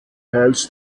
teils